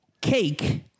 cake